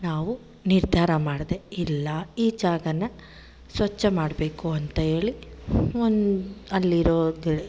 ನಾವು ನಿರ್ಧಾರ ಮಾಡಿದೆ ಇಲ್ಲ ಈ ಜಾಗನ ಸ್ವಚ್ಛ ಮಾಡಬೇಕು ಅಂತ ಹೇಳಿ ಒಂದು ಅಲ್ಲಿರೋ ಗಿಳ್